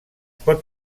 pot